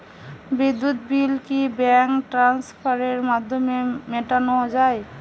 বিদ্যুৎ বিল কি ব্যাঙ্ক ট্রান্সফারের মাধ্যমে মেটানো য়ায়?